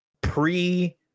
Pre